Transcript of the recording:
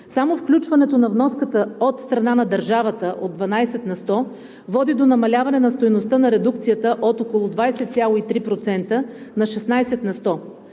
Само включването на вноската от страна на държавата от 12 на сто води до намаляване на стойността на редукцията от около 20,3% на 16%.